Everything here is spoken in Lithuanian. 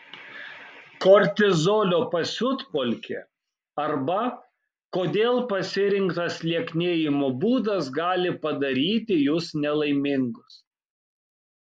kortizolio pasiutpolkė arba kodėl pasirinktas lieknėjimo būdas gali padaryti jus nelaimingus